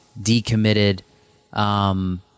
decommitted